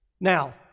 Now